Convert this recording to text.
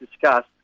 discussed